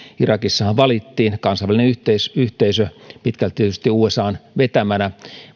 irakissahan kansainvälinen yhteisö yhteisö pitkälti tietysti usan vetämänä